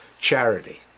Charity